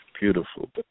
Beautiful